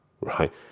right